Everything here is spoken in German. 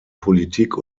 politik